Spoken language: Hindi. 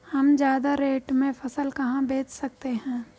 हम ज्यादा रेट में फसल कहाँ बेच सकते हैं?